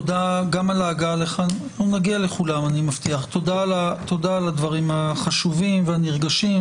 תודה גם על ההגעה לכאן ועל הדברים החשובים והנרגשים.